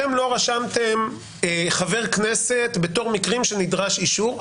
אתם לא רשמתם חבר כנסת בתור מקרים שנדרש אישור.